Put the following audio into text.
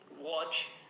Watch